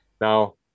Now